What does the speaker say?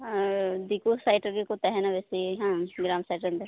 ᱟᱨ ᱫᱤᱠᱩ ᱥᱟᱭᱤᱴ ᱨᱮᱜᱮ ᱠᱚ ᱛᱟᱦᱮᱱᱟ ᱵᱮᱥᱤ ᱦᱮᱸᱵᱟᱝ ᱜᱨᱟᱢ ᱥᱟᱭᱤᱴ ᱨᱮᱱ ᱫᱚ